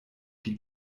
die